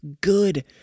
good